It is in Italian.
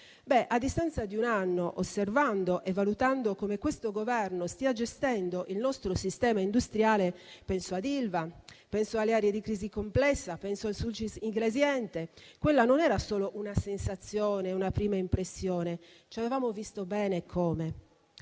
A distanza di un anno, osservando e valutando come questo Governo stia gestendo il nostro sistema industriale - penso ad ILVA, penso alle aree di crisi complessa, penso al Sulcis-Iglesiente - quella non era solo una sensazione o una prima impressione. Ci avevamo visto bene, eccome.